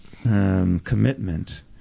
Commitment